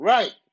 Right